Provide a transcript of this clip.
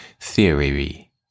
theory